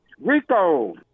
Rico